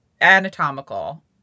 anatomical